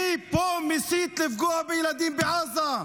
מי פה מסית לפגוע בילדים בעזה?